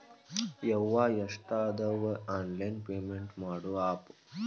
ಯವ್ವಾ ಎಷ್ಟಾದವೇ online payment ಮಾಡೋ ಆಪ್